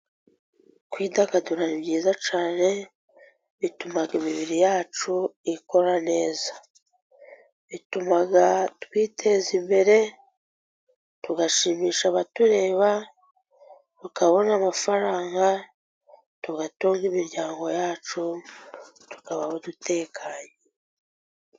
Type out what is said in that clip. Kwidagaduro ni byiza cyane, bituma imibiri yacu ikora neza, bituma twiteza imbere, tugashimisha abatureba tukabona amafaranga, tugatunga imiryango yacu, tukaba dutekanye.